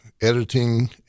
editing